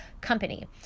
company